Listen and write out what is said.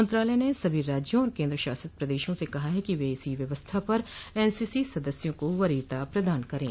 मंत्रालय ने सभी राज्यों और केन्द्र शासित प्रदशों से कहा है कि वे इसी व्यवस्था पर एनसीसी सदस्यों को वरीयता प्रदान करें